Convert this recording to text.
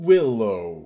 Willow